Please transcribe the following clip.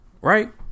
right